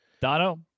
Dono